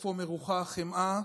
איפה מרוחה החמאה,